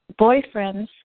boyfriends